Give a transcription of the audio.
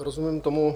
Rozumím tomu.